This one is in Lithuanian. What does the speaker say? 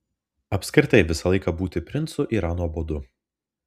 apskritai visą laiką būti princu yra nuobodu